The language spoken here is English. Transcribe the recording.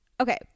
Okay